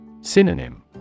Synonym